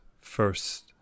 first